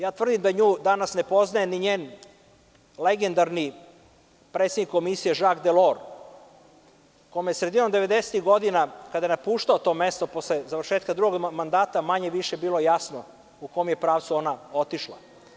Ja tvrdim da nju danas ne poznaje ni njen legendarni predsednik komisije Žak Delor, kome je sredinom 90-tih godina, kada je napuštao to mesto, posle završetka drugog mandata, manje-više bilo jasno u kom je pravcu ona otišla.